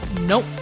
nope